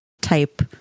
Type